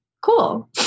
cool